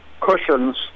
cushions